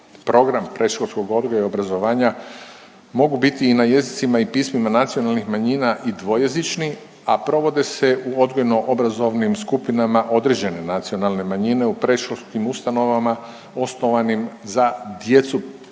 Program predškolskog odgoja i obrazovanja mogu biti i na jezicima i pismima nacionalnih manjina i dvojezični, a provode se u odgojno obrazovnim skupinama određene nacionalne manjine u predškolskim ustanovama osnovanim za djecu